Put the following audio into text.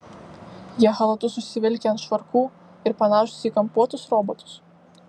jie chalatus užsivilkę ant švarkų ir panašūs į kampuotus robotus